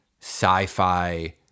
sci-fi